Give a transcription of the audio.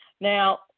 Now